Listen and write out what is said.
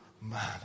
man